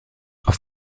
auf